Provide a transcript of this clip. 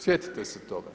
Sjetite se toga.